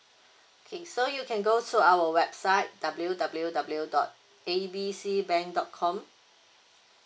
okay so you can go to our website W W W dot A B C bank dot com